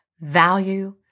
value